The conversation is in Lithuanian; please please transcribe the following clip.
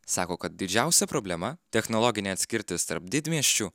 sako kad didžiausia problema technologinė atskirtis tarp didmiesčių